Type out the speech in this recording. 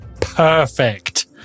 perfect